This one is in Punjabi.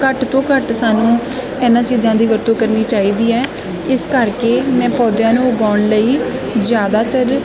ਘੱਟ ਤੋਂ ਘੱਟ ਸਾਨੂੰ ਇਹਨਾਂ ਚੀਜ਼ਾਂ ਦੀ ਵਰਤੋਂ ਕਰਨੀ ਚਾਹੀਦੀ ਹੈ ਇਸ ਕਰਕੇ ਮੈਂ ਪੌਦਿਆਂ ਨੂੰ ਉਗਾਉਣ ਲਈ ਜ਼ਿਆਦਾਤਰ